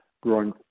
growing